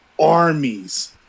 armies